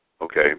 Okay